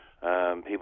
People